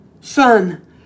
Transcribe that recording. son